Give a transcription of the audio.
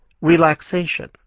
relaxation